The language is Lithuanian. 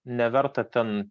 neverta ten